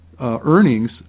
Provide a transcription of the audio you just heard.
Earnings